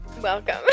Welcome